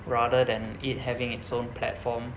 rather than it having its own platform